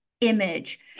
image